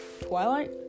Twilight